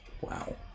Wow